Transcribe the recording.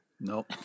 Nope